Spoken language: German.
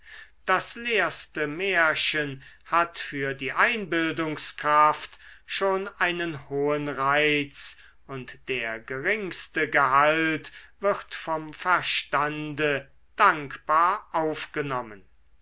das leerste märchen hat für die einbildungskraft schon einen hohen reiz und der geringste gehalt wird vom verstande dankbar aufgenommen